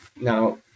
Now